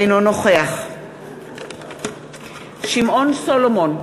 אינו נוכח שמעון סולומון,